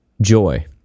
joy